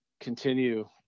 continue